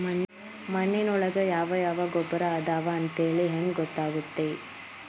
ಮಣ್ಣಿನೊಳಗೆ ಯಾವ ಯಾವ ಗೊಬ್ಬರ ಅದಾವ ಅಂತೇಳಿ ಹೆಂಗ್ ಗೊತ್ತಾಗುತ್ತೆ?